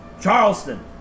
Charleston